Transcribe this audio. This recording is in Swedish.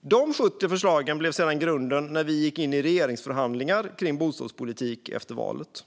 De 70 förslagen blev sedan grunden när vi gick in i regeringsförhandlingarna kring bostadspolitik efter valet.